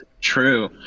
True